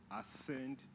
ascend